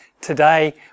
Today